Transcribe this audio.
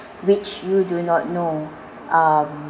which you do not know um